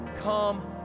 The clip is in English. come